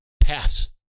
pass